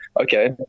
okay